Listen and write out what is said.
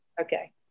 Okay